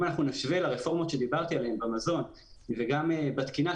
אם אנחנו נשווה לרפורמות שדיברתי עליהן במזון וגם בתקינה,